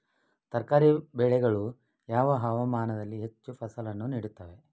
ತರಕಾರಿ ಬೆಳೆಗಳು ಯಾವ ಹವಾಮಾನದಲ್ಲಿ ಹೆಚ್ಚು ಫಸಲನ್ನು ನೀಡುತ್ತವೆ?